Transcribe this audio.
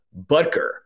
Butker